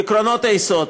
עקרונות היסוד: